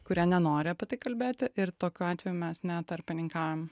kurie nenori apie tai kalbėti ir tokiu atveju mes netarpininkaujam